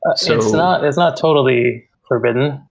ah so it's not it's not totally forbidden.